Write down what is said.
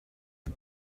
the